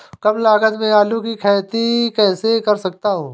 कम लागत में आलू की खेती कैसे कर सकता हूँ?